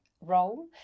role